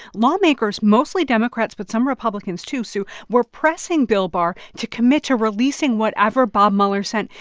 lawmakers mostly democrats but some republicans, too, sue were pressing bill barr to commit to releasing whatever bob mueller sent.